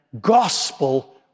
gospel